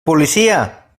policia